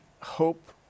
hope